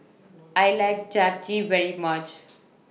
I like Japchae very much